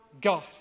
God